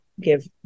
give